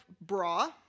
bra